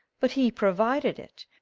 but he provided it.